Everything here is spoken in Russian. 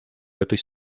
этой